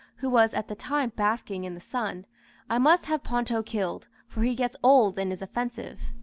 who was at the time basking in the sun i must have ponto killed, for he gets old and is offensive.